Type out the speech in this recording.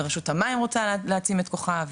ורשות המים להעצים את כוחה,